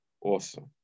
awesome